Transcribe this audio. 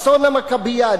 אסון המכבייה,